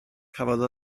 cafodd